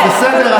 בסדר.